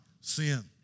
Sin